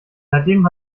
seitdem